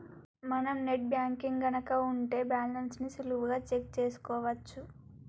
మనం net banking గనక ఉంటే బ్యాలెన్స్ ని సులువుగా చెక్ చేసుకోవచ్చు